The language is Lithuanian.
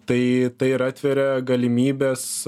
tai tai ir atveria galimybes